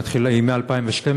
היא מ-2012,